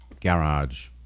garage